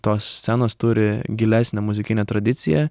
tos scenos turi gilesnę muzikinę tradiciją